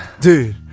Dude